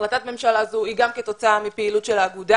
החלטת ממשלה זו היא גם כתוצאה מפעילות של האגודה